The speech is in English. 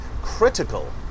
critical